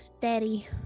daddy